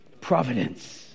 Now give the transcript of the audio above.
Providence